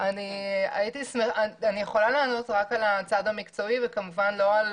אני יכולה לענות רק על הצד המקצועי, כמובן לא על